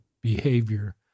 behavior